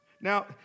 Now